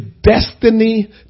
destiny